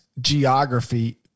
geography